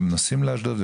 והם נוסעים לאשדוד,